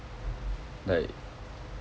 like